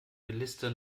liste